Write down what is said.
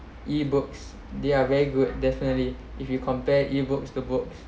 ebooks they are very good definitely if you compare evokes the books